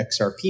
XRP